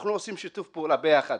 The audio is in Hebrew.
אנחנו עושים שיתוף פעולה ביחד,